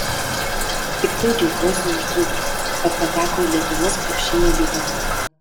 tikrai džiaugiuosi už dzūkus kad pateko į lietuvos krepšinio lygą